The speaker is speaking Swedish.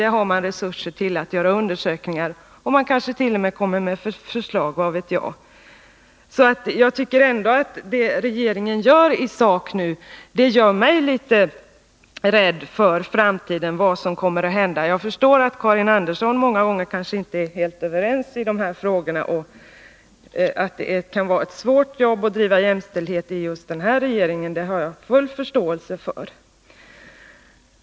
Det har man resurser till, och man kanske t.o.m. kommer med ett förslag på den punkten — vad vet jag? Vad regeringen gör i sak, gör mig litet rädd för vad som kommer att hända i framtiden. Jag förstår att Karin Andersson många gånger kanske inte är helt ense med den övriga regeringen i dessa frågor, och att det kan vara svårt att driva jämställdhet i just den här regeringen har jag full förståelse för.